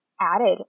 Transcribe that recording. added